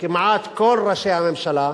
כמעט כל ראשי הממשלה,